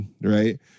right